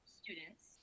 students